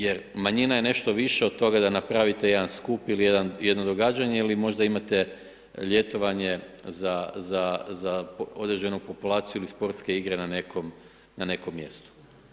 Jer manjina je nešto više od toga da napravite jedan skup ili jedno događanje ili možda imate ljetovanje za određenu populaciju ili sportske igre na nekom mjestu.